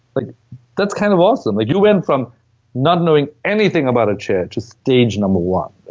like that's kind of awesome. you went from not knowing anything about a chair to stage number one.